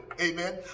Amen